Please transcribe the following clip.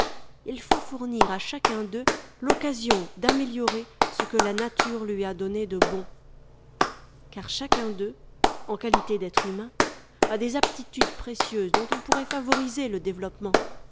il faut fournir à chacun d'eux l'occasion d'améliorer ce que la nature lui a donné de bon car chacun d'eux en qualité d'être humain a des aptitudes précieuses dont on pourrait favoriser le développement